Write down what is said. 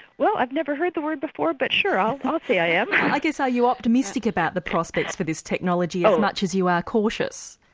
well i've never heard the word before but sure i'll i'll say i am. i guess are you optimistic about the prospects for this technology as much as you are cautious?